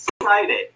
excited